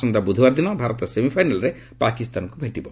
ଆସନ୍ତା ବୁଧବାରଦିନ ଭାରତ ସେମିଫାଇନାଲରେ ପାକିସ୍ତାନକୁ ଭେଟିବ